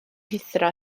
rhuthro